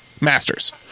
Masters